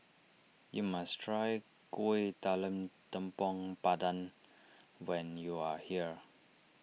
you must try Kuih Talam Tepong Pandan when you are here